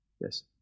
Yes